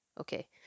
okay